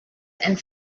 and